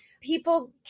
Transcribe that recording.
people